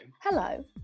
Hello